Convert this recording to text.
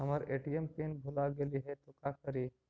हमर ATM PIN भूला गेली हे, तो का करि?